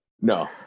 No